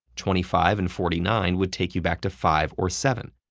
twenty-five and forty nine would take you back to five or seven,